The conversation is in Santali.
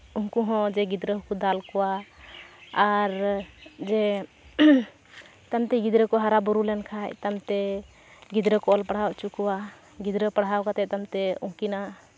ᱩᱱᱠᱩ ᱦᱚᱸ ᱡᱮ ᱜᱤᱫᱽᱨᱟᱹ ᱦᱚᱸᱠᱚ ᱫᱟᱞ ᱠᱚᱣᱟ ᱟᱨ ᱡᱮ ᱛᱟᱱᱛᱤ ᱜᱤᱫᱽᱨᱟᱹ ᱠᱚ ᱦᱟᱨᱟᱼᱵᱩᱨᱩ ᱞᱮᱱᱠᱷᱟᱱ ᱮᱠᱟᱞᱛᱮ ᱜᱤᱫᱽᱨᱟᱹ ᱠᱚ ᱚᱞ ᱯᱟᱲᱦᱟᱣ ᱦᱚᱪᱚ ᱠᱚᱣᱟ ᱜᱤᱫᱽᱨᱟᱹ ᱯᱟᱲᱦᱟᱣ ᱠᱟᱛᱮᱫ ᱛᱟᱯᱛᱮ ᱩᱱᱠᱤᱱᱟᱜ